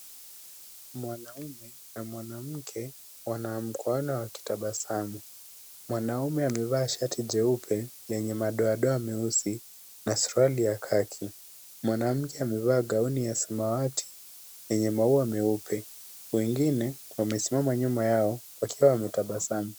Mwanaume na mwanamke wanaamukuana wakitabasamu. Mwanaume amevaa shati jeupe lenye madoadoa meusi na suruali ya kaki . Mwanamke amevaa gauni ya samawati yenye maua meupe. Wengine wamesimama nyuma yao wakiwa wametabasamu.